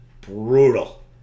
brutal